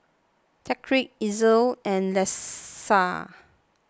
Tyreek Elzie and Lissa